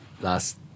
last